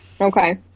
Okay